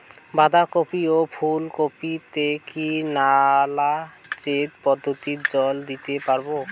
বাধা কপি ও ফুল কপি তে কি নালা সেচ পদ্ধতিতে জল দিতে পারবো?